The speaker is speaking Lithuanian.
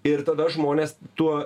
ir tada žmonės tuo